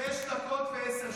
שש דקות ועשר שניות.